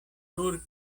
nur